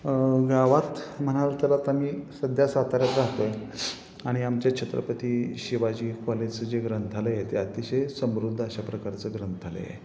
गावात म्हणाल तर आता मी सध्या साताऱ्यात राहतो आहे आणि आमच्या छत्रपती शिवाजी कॉलेजचं जे ग्रंथालय आहे ते अतिशय समृद्ध अशा प्रकारचं ग्रंथालय आहे